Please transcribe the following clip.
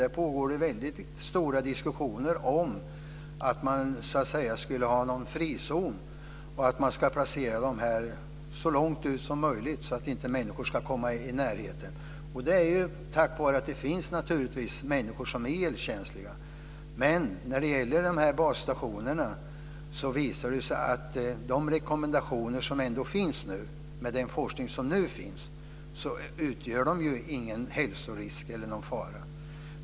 Där pågår det väldigt livliga diskussioner om att man ska ha en frizon och att man ska placera stationerna så långt bort som möjligt, så att människor inte ska komma i närheten av dem. Det beror naturligtvis på att det finns människor som är elkänsliga. Men när det gäller basstationerna visar de rekommendationer som ändå finns, grundade på den forskning som görs nu, att de inte utgör någon hälsorisk eller någon fara.